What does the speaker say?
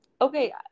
okay